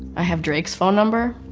i have drake's phone number.